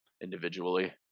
individually